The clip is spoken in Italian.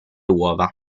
uova